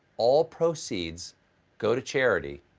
all proceeds go to charity.